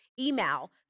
email